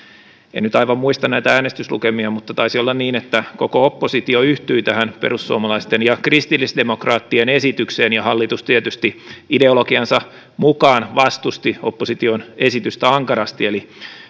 en nyt aivan muista näitä äänestyslukemia mutta taisi olla niin että koko oppositio yhtyi tähän perussuomalaisten ja kristillisdemokraattien esitykseen ja hallitus tietysti ideologiansa mukaan vastusti opposition esitystä ankarasti eli